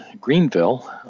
Greenville